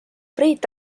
priit